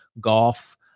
golf